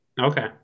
Okay